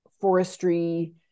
forestry